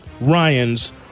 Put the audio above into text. Ryan's